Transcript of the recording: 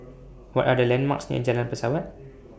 What Are The landmarks near Jalan Pesawat